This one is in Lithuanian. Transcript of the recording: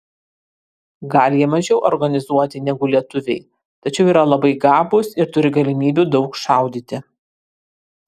gal jie mažiau organizuoti negu lietuviai tačiau yra labai gabūs ir turi galimybių daug šaudyti